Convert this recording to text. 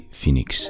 Phoenix